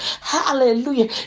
Hallelujah